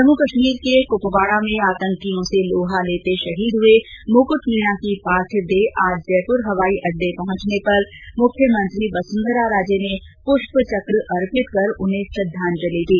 जम्मू कश्मीर के कुपवाड़ा में आतकियों से लोहा लेते शहीद हुए मुकुट मीणा की पार्थिव देह आज जयपुर हवाई अड्डे पहुंचने पर मुख्यमंत्री वसुंधरा राजे ने पुष्प चक अर्पित कर उन्हें श्रद्वांजलि दी